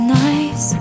nice